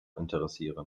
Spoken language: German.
interessieren